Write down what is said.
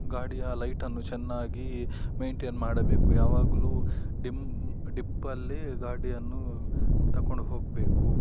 ಗಾಡಿಯ ಲೈಟನ್ನು ಚೆನ್ನಾಗಿ ಮೈಂಟೇನ್ ಮಾಡಬೇಕು ಯಾವಾಗಲೂ ಡಿಮ್ ಡಿಪ್ಪಲ್ಲಿ ಗಾಡಿಯನ್ನು ತಕೊಂಡು ಹೋಗಬೇಕು